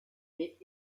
mais